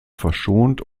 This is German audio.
verschont